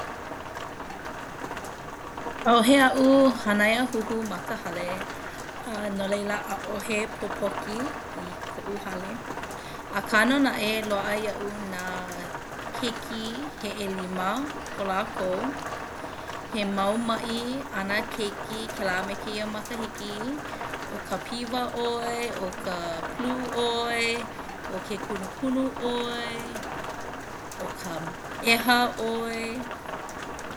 ʻAʻohe aʻu hānaiahuhu ma ka hale a no laila ʻaʻohe pōpoki i koʻu hale. Akā nō naʻe loaʻa iaʻu nā keiki he ʻelima o lākou. He mau maʻi a nā keiki kēlā me kēia makahiki o ka piwa ʻoe, ʻo ka palū oe, ʻo ke kunukunu ʻoe, ʻo ka ʻeha ʻoe.